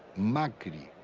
macri,